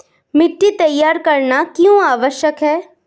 मिट्टी तैयार करना क्यों आवश्यक है?